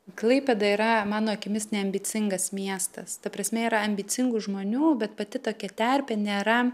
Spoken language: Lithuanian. klaipėda yra mano akimis neambicingas miestas ta prasme yra ambicingų žmonių bet pati tokia terpė nėra